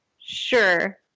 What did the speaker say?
sure